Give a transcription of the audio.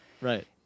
Right